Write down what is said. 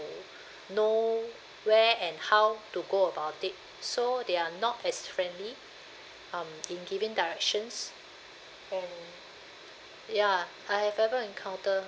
know where and how to go about it so they are not as friendly um in giving directions and ya I have ever encounter